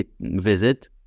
visit